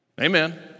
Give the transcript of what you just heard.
Amen